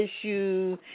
issue